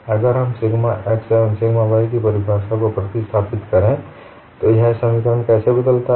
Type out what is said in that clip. अगर हम sigma x एवं सिग्मा y की परिभाषा को प्रतिस्थापित करें तो यह समीकरण कैसे बदलता है